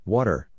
Water